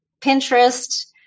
Pinterest